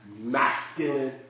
masculine